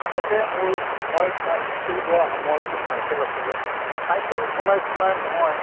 আগতে মোৰ মই প্ৰায় স্কুল যোৱা সময়ত মোৰ চাইকেল আছিলে চাইকেল চলাই চলাই মই